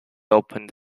opened